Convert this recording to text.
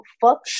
fuck